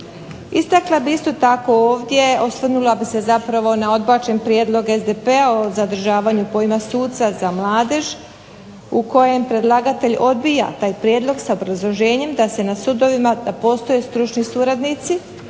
Istakla bih isto tako ovdje, osvrnula bih se zapravo na odbačen prijedlog SDP-a o zadržavanju pojma suca za mladež, u kojem predlagatelj odbija taj prijedlog s obrazloženjem da se na sudovima, da postoje stručni suradnici,